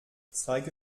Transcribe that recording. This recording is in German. zeige